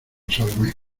salomé